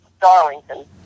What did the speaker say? Darlington